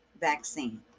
vaccine